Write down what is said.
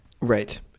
Right